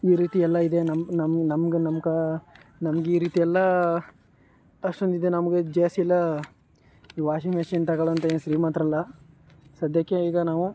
ಈ ರೀತಿ ಎಲ್ಲ ಇದೆ ನಮ್ಗೆ ನಮ್ಗೆ ನಮ್ಗೆ ನಮ್ಗೆ ನಮ್ಗೆ ಈ ರೀತಿಯೆಲ್ಲ ಅಷ್ಟೊಂದಿದೆ ನಮಗೆ ಈ ವಾಷಿಂಗ್ ಮೆಷಿನ್ ತೊಗೊಳುವಂಥ ಏನು ಶ್ರೀಮಂತರೆಲ್ಲ ಸಧ್ಯಕ್ಕೆ ಈಗ ನಾವು